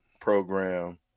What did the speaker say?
program